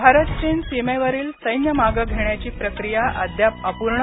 भारत चीन सीमेवरील सैन्य मागे घेण्याची प्रक्रिया अद्याप अपूर्ण